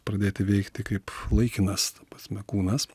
pradėti veikti kaip laikinas ta prasme kūnas